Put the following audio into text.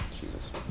Jesus